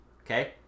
Okay